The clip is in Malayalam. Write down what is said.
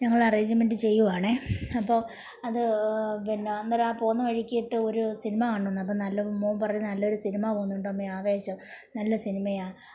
ഞങ്ങൾ അറേയ്ഞ്ച്മെന്റ് ചെയ്യുവാണെ അപ്പോൾ അത് പിന്നെ അന്നേരം പോകുന്ന വഴിക്ക് ഒരു സിനിമ കാണണം എന്നപ്പം നല്ലത് മോന് പറയുന്നത് നല്ലൊരു സിനിമ പോകുന്നുണ്ടമ്മേ ആവേശം നല്ല സിനിമയാണ്